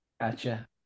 Gotcha